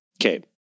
Okay